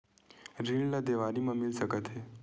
ऋण ला देवारी मा मिल सकत हे